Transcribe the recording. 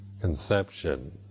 conception